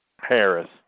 Harris